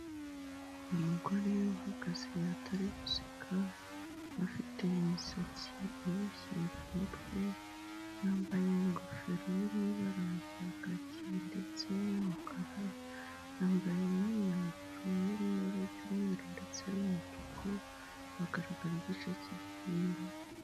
Umugore uhagaze atari guseka, afite imisatsi iboshye ku mutwe, yambaye ingofero yo mu ibara rya kacyi ndetse n'umukara, yambaye n'imyambaro iri mu ibara ry'umweru ndetse n'umutuku, hagaragara igice cy'igihimba.